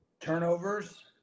turnovers